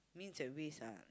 means and ways ah